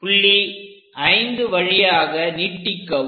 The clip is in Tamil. புள்ளி 5 வழியாக நீட்டிக்கவும்